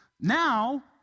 Now